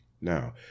now